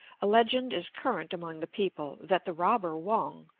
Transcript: a legend is current among the people, that the robber wong,